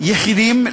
יחידים,